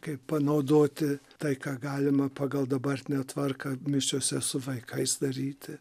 kaip panaudoti tai ką galima pagal dabartinę tvarką misijose su vaikais daryti